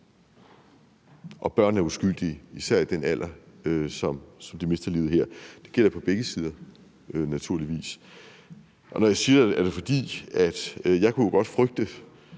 og børn er uskyldige, især i den alder, som dem, der har mistet livet her, har. Det gælder på begge sider, naturligvis. Når jeg siger det, er det, fordi jeg jo godt kunne frygte,